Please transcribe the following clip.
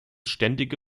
ständige